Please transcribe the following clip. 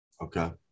Okay